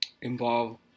involve